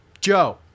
Joe